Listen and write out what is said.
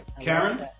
Karen